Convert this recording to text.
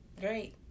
great